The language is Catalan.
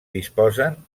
disposen